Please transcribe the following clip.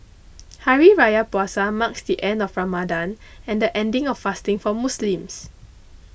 Hari Raya Puasa marks the end of Ramadan and the ending of fasting for Muslims